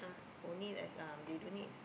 only as um they don't need